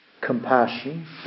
compassion